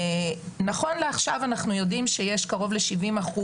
נכון לעכשיו אנחנו יודעים שיש קרוב ל-70%